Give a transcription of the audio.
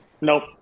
Nope